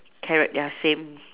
carrot ya same